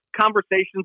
conversations